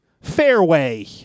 Fairway